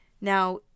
Now